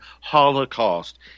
Holocaust